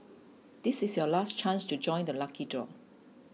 this is your last chance to join the lucky draw